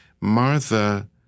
Martha